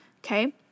Okay